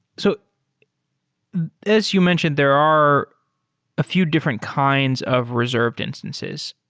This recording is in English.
so as you mentioned, there are a few different kinds of reserved instances.